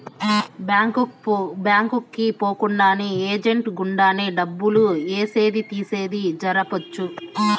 bank కి పోకుండానే agent గుండానే డబ్బులు ఏసేది తీసేది జరపొచ్చు